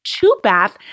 two-bath